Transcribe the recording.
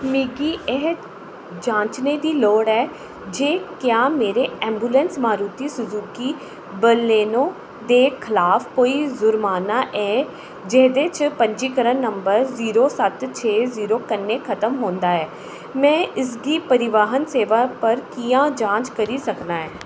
मिगी एह् जांचने दी लोड़ ऐ जे क्या मेरे एम्बुलेंस मारुति सुजुकी बलेनो दे खलाफ कोई ज़ुर्माना ऐ जेह्दे च पंजीकरण नंबर जीरो सत्त छे जीरो कन्नै खत्म होंदा ऐ में इसगी परिवहन सेवा पर कि'यां जांच करी सकना ऐ